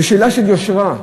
זה שאלה של יושרה,